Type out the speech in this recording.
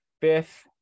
fifth